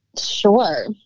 Sure